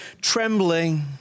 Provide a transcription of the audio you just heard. trembling